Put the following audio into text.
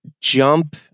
jump